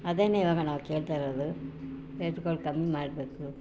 ಅದೇನೆ ಇವಾಗ ನಾವು ಕೇಳ್ತಾ ಇರೋದು ರೇಟುಗಳು ಕಮ್ಮಿ ಮಾಡಬೇಕು